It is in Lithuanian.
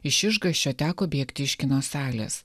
iš išgąsčio teko bėgti iš kino salės